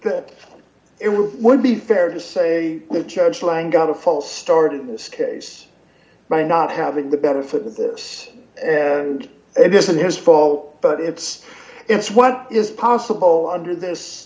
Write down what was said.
it would be fair to say the judge lang got a false start in this case by not having the benefit of this and it isn't his fault but it's it's what is possible under this